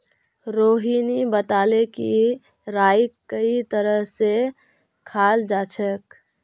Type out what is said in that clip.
रोहिणी बताले कि राईक कई तरह स खाल जाछेक